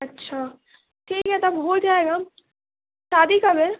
اچھا ٹھیک ہے تب ہو جائے گا شادی کب ہے